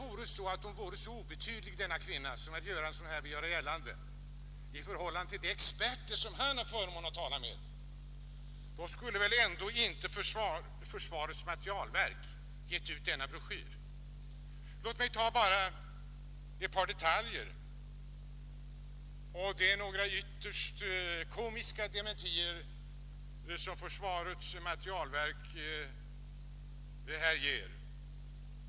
Om denna kvinna vore så obetydlig, som herr Göransson här vill göra gällande, i förhållande till de experter som han har haft förmånen att tala med, så skulle väl ändå inte försvarets materielverk ha gett ut denna broschyr. Låt mig ta bara ett par detaljer. Det är några ytterst komiska dementier som försvarets materielverk här ger.